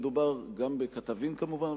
מדובר גם בכתבים כמובן,